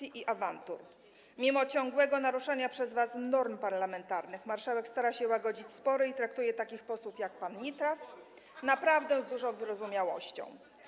i mimo ciągłego naruszania przez was norm parlamentarnych marszałek stara się łagodzić spory i traktuje takich posłów jak pan Nitras naprawdę z dużą wyrozumiałością.